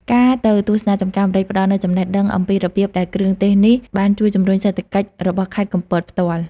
ការទៅទស្សនាចម្ការម្រេច ផ្តល់នូវចំណេះដឹងអំពីរបៀបដែលគ្រឿងទេសនេះ បានជួយជំរុញសេដ្ឋកិច្ចរបស់ខេត្តកំពតផ្ទាល់។